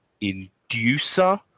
inducer